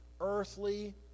earthly